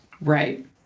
Right